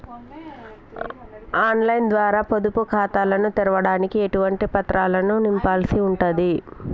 On line ద్వారా పొదుపు ఖాతాను తెరవడానికి ఎటువంటి పత్రాలను నింపాల్సి ఉంటది?